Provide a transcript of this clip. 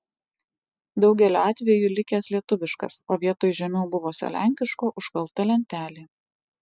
daugeliu atveju likęs lietuviškas o vietoj žemiau buvusio lenkiško užkalta lentelė